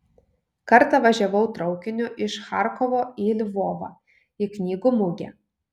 kartą važiavau traukiniu iš charkovo į lvovą į knygų mugę